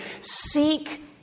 Seek